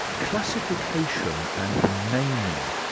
classification and naming,